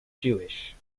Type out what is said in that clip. jewish